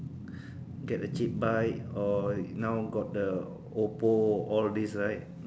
get a cheap bike or now got the Ofo all these right